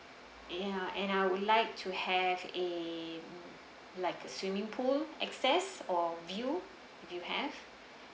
ya and I would like to have a like a swimming pool access or view if you have